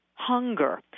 Hunger